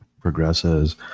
progresses